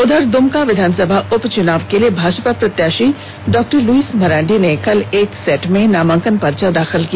उधर दुमका विधानसभा उपचुनाव के लिए भाजपा प्रत्याशी डॉ लुइस मरांडी ने कल एक सेट में नामांकन पर्चा दाखिल किया